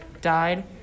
died